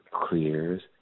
clears